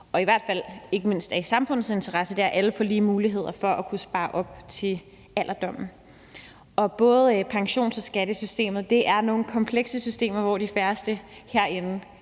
og i hvert fald ikke mindst er i samfundets interesse, er, at alle får lige muligheder for at kunne spare op til alderdommen. Både pensions- og skattesystemet er nogle komplekse systemer, hvor de færreste herinde